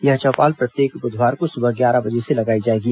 यह चौपाल बुधवार को सुबह ग्यारह बजे से लगाई जाएगी